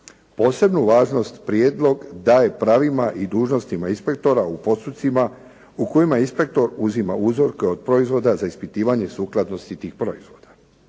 Posebnu važnost prijedlog daje pravima i dužnostima inspektora u postupcima u kojima inspektor uzima uzorke od proizvoda za ispitivanje sukladnosti tih proizvoda.